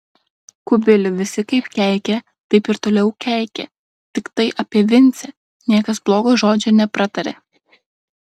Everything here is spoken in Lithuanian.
kubilių visi kaip keikė taip ir toliau keikė tiktai apie vincę niekas blogo žodžio nepratarė